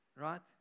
Right